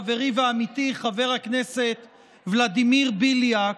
חברי ועמיתי חבר הכנסת ולדימיר בליאק,